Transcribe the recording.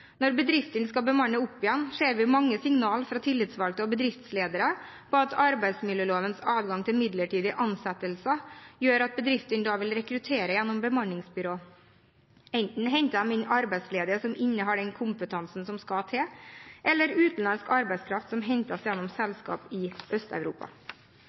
ser mange signaler fra tillitsvalgte og bedriftsledere om at når bedriftene skal bemanne opp igjen, vil arbeidsmiljølovens adgang til midlertidige ansettelser gjøre at bedriftene vil rekruttere gjennom bemanningsbyrå. Enten henter de inn arbeidsledige som innehar den kompetansen som skal til, eller de henter inn utenlandsk arbeidskraft